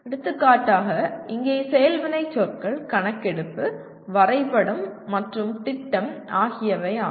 எடுத்துக்காட்டாக இங்கே செயல் வினைச்சொற்கள் கணக்கெடுப்பு வரைபடம் மற்றும் திட்டம் ஆகியவையாகும்